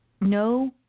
No